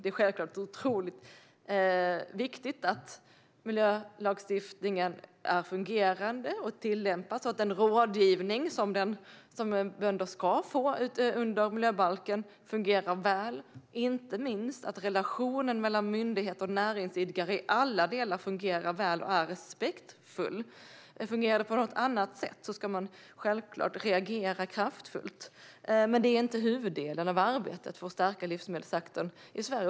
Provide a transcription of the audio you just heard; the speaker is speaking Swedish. Det är självklart otroligt viktigt att miljölagstiftningen är fungerande och tillämpas och att den rådgivning som bönder ska få under miljöbalken fungerar väl. Inte minst är det viktigt att relationen mellan myndigheter och näringsidkare i alla delar fungerar väl och är respektfull. Fungerar det på något annat sätt ska man självklart reagera kraftfullt. Men det är inte huvuddelen av arbetet för att stärka livsmedelssektorn i Sverige.